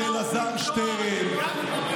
זה אלעזר שטרן,